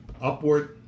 upward